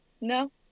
no